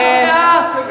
היא לא נכנעה,